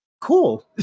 cool